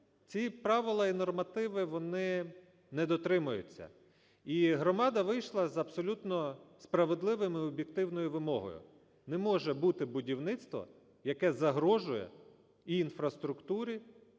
ці правила і нормативи, вони не дотримуються. І громада вийшла з абсолютно справедливою і об'єктивною вимогою: не може будівництва, яке загрожує і інфраструктурі,